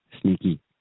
sneaky